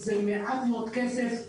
זה מעט מאוד כסף.